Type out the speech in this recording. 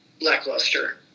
lackluster